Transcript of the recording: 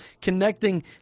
connecting